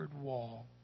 wall